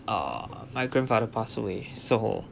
uh my grandfather passed away so